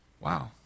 Wow